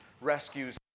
rescues